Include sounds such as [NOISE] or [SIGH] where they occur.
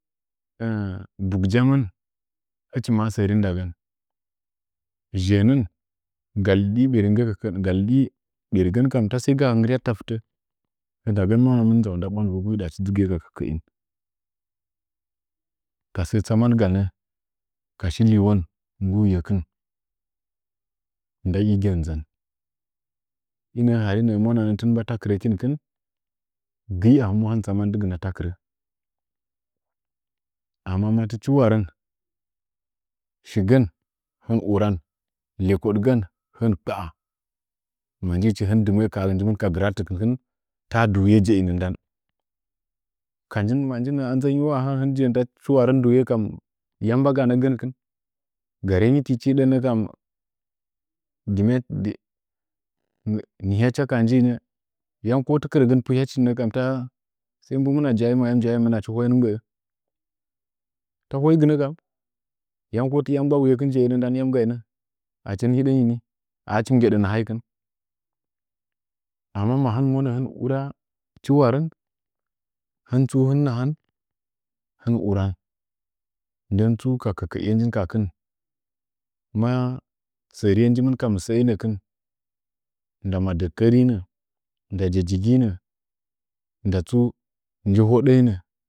[HESITATION] ʒə bugjamən hɨchinaa sən sərim ndagən, zhəənən ga hiɗi ɓergən kam ta ʒai ga nggɨryatta fɨtə, ndagəm mwanamir, nʒau nda ɓwandɨvəgu cham achi hɨka dʒɨkɨn ka kəkəin ka sə tsamanga nə ka shi hiwo wuyekɨn nda nggɨ gənfʒən, hini nahan ɨnəə muvananə timnbe takirə kin gɨi a hɨmwa dɨgɨna takira, amma kin, gɨ a hɨmwa dɨgɨna takira, amma ma ti chiwarən shigən hiu uran ləkadgən hɨn kpa’a manjichi hin dɨməə koha hɨmin ka gɨratikinkin te dɨwuye jeinə ndan, ka nyin ma njinə ɨnʒənyio, mu mbagana gənkin ga rengyitichi dɨ digən hiɗənnalkan duyəkə kaha njinə, yam ko ti kɨrəgən puyadi chi nəkam dɨma nji hoyengən, ta hoigɨnə kam yam koti yamgba huyehin hidəngən jeimə, yam gainə ahin mɨ nggedə nahaikin amma ma hɨn mi monə himi ura chuwarən him tsu mɨnhan him mi uran, ndən tsu ka kəkəin nʒakin masəriye njamin ke mɨsəəinəkin nda modəkərimə nda jejegibə nda tsu nji hoɗəinə.